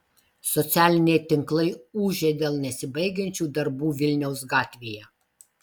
socialiniai tinklai ūžia dėl nesibaigiančių darbų vilniaus gatvėje